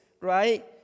right